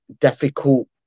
difficult